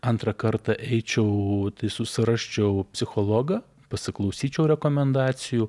antrą kartą eičiau tai surasčiau psichologą pasiklausyčiau rekomendacijų